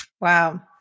Wow